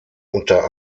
unter